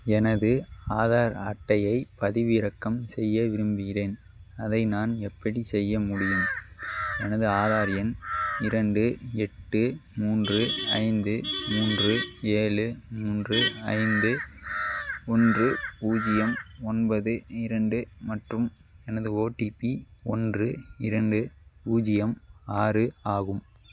எனது ஆதார் அட்டையை பதிவிறக்கம் செய்ய விரும்புகிறேன் அதை நான் எப்படிச் செய்ய முடியும் எனது ஆதார் எண் இரண்டு எட்டு மூன்று ஐந்து மூன்று ஏழு மூன்று ஐந்து ஒன்று பூஜ்ஜியம் ஒன்பது இரண்டு மற்றும் எனது ஓடிபி ஒன்று இரண்டு பூஜ்ஜியம் ஆறு ஆகும்